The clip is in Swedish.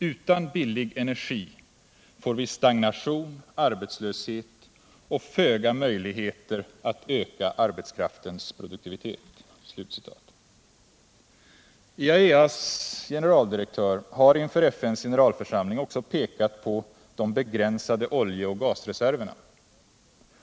Utan billig energi får vi stagnation, arbetslöshet och föga möjligheter att öka arbetskraftens produktivitet.” IAEA: s generaldirektör har inför FN:s generalförsamling också pekat på de begränsade oljeoch gasreserverna.